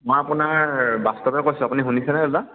মই আপোনাৰ বাস্তবে কৈছো আপুনি শুনিছেনে দাদা